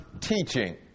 teaching